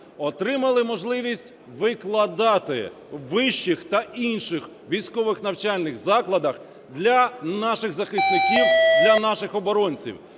отримали можливість викладати у вищих та інших військових навчальних закладах для наших захисників, для наших оборонців.